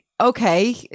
okay